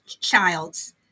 child's